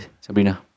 Sabrina